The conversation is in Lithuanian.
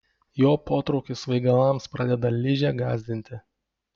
jo potraukis svaigalams pradeda ližę gąsdinti